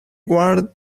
guard